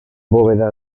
bóveda